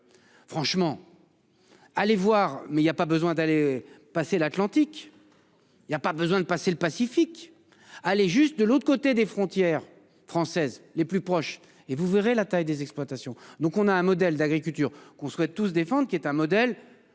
Franchement. Allez voir mais il y a pas besoin d'aller passer l'Atlantique. Il y a pas besoin de passer le Pacifique. Allez, juste de l'autre côté des frontières françaises les plus proches et vous verrez la taille des exploitations, donc on a un modèle d'agriculture qu'on soit tous défendent, qui est un modèle